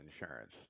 insurance